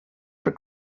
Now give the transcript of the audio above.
for